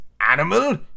Animal